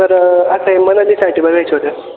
sir आता मनालीसाठी बघायच्या होत्या